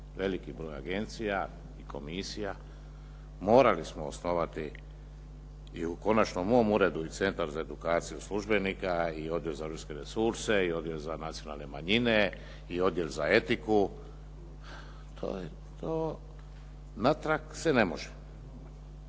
veliki broj agencija i komisija, morali smo osnovati i konačno u mom uredu i Centar za edukaciju službenika i Odjel za europske resurse, i Odjel za nacionalne manjine, i Odjel za etiku. To natrag se ne može.